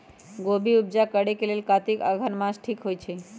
गोभि उपजा करेलेल कातिक अगहन मास ठीक होई छै